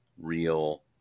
real